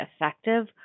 effective